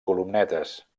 columnetes